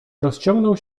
rozciągał